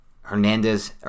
Hernandez